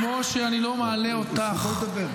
וכמו שאני לא מעלה אותך -- זה מכובד?